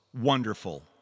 wonderful